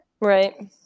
right